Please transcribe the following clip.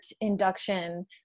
induction